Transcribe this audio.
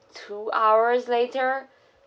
two hours later